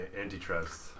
antitrust